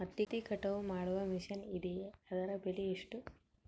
ಹತ್ತಿ ಕಟಾವು ಮಾಡುವ ಮಿಷನ್ ಇದೆಯೇ ಅದರ ಬೆಲೆ ಎಷ್ಟು?